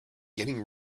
getting